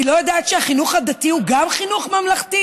היא לא יודעת שגם החינוך הדתי הוא חינוך ממלכתי?